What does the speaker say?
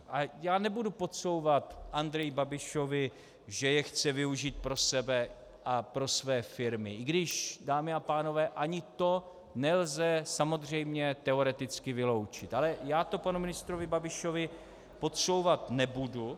A já nebudu podsouvat Andreji Babišovi, že je chce využít pro sebe a pro své firmy, i když, dámy a pánové, ani to nelze samozřejmě teoreticky vyloučit, ale já to panu ministrovi Babišovi podsouvat nebudu